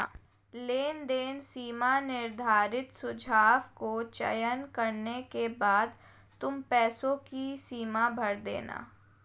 लेनदेन सीमा निर्धारित सुझाव को चयन करने के बाद तुम पैसों की सीमा भर देना